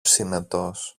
συνετός